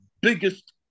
biggest